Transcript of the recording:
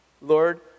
Lord